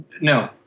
No